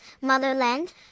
Motherland